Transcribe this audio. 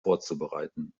vorzubereiten